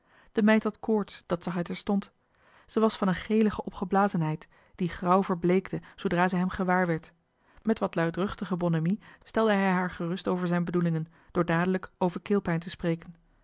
de meid had koorts dat zag hij terstond ze was van een gelige opgeblazenheid die grauw verbleekte zoodra zij hem gewaar werd met wat luidruchtige bonhomie stelde hij haar gerust over zijn bedoelingen door dadelijk van keelpijn te spreken